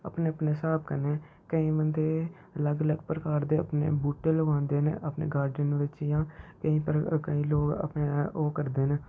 अपने अपने स्हाब कन्नै केईं बंदे अलग अलग प्रकार दे अपने बूह्टे लगवांदे न अपने गार्डन बिच्च जां केईं प्र केईं लोग अपने ओह् करदे न